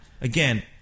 again